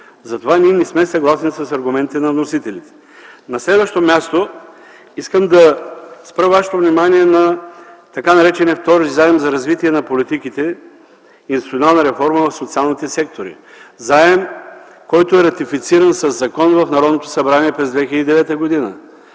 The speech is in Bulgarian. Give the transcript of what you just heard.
Затова ние не сме съгласни с аргументите на вносителя. На следващо място, искам да спра вашето внимание на така наречения Втори заем за развитие на политиките и институционална реформа в социалните сектори – заем, който е ратифициран със закон в Народното събрание през 2009 г.